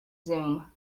zoom